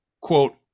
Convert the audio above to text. quote